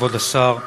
כבוד השר,